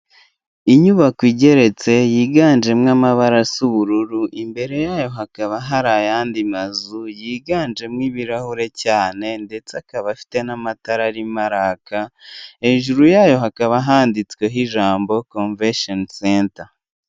Inyubako igeretse yiganjemo amabara asa ubururu, imbere yayo hakaba hari ayandi mazu yiganjemo ibirahure cyane ndetse akaba arimo amatara arimo araka, hejuru yayo hakaba handitsweho ijambo komveshoni senta.